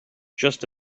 just